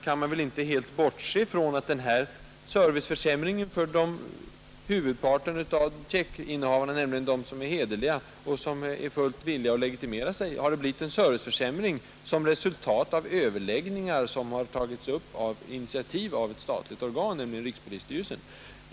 Man kan inte heller bortse från att det för huvudparten av checkinnehavarna, nämligen de som är hederliga och som är fullt villiga att legitimera sig, har blivit en serviceförsämring som resultat av överläggningar, vilka tagits upp på initiativ av ett statligt organ, nämligen rikspolisstyrelsen.